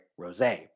Rosé